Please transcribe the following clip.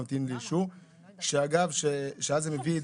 מוריד מהמצבת של המוקד שלי בירושלים ושולח אותם לממל"ם,